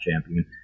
champion